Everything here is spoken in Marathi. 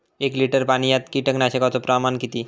एक लिटर पाणयात कीटकनाशकाचो प्रमाण किती?